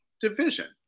division